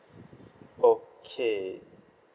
okay